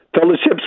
Fellowships